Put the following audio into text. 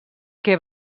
què